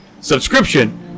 subscription